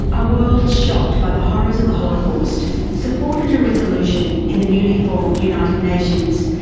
a world shocked by the horrors of the holocaust supported a resolution in the newly formed united nations,